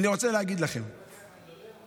ספר לי על זה.